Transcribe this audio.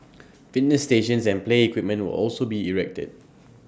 fitness stations and play equipment will also be erected